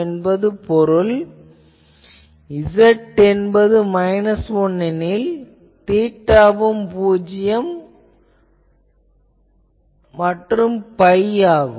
அதன் பொருள் Z என்பது மைனஸ் 1 எனில் தீட்டாவும் பூஜ்யம் மற்றும் பை ஆகும்